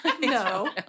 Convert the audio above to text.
No